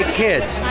kids